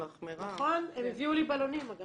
הם הביאו לי בלונים, אגב.